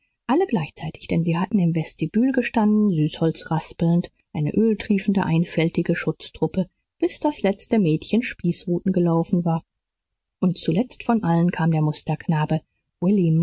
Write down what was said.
alle gleichzeitig denn sie hatten im vestibül gestanden süßholz raspelnd eine öltriefende einfältige schutztruppe bis das letzte mädchen spießruten gelaufen war und zuletzt von allen kam der musterknabe